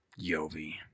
Yovi